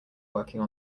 working